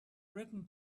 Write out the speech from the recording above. written